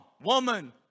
woman